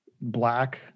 black